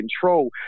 control